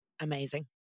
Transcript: Amazing